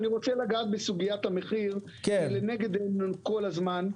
אני רוצה לגעת בסוגית המחיר שהוא לנגד עינינו כל הזמן.